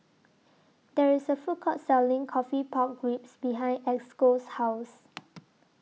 There IS A Food Court Selling Coffee Pork Ribs behind Esco's House